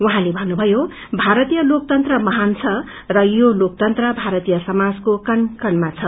उहाँले भन्नुभ्नयो भारतीय लोकतंत्र महान छ र यो लोकतंत्र भारतीय समाजको कण कणमा छ